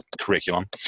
curriculum